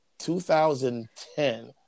2010